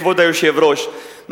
כבוד היושב-ראש,